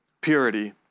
purity